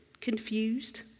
confused